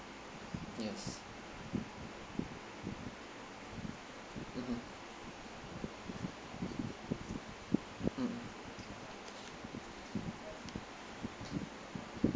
yes mmhmm mmhmm